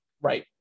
right